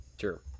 Sure